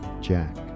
jack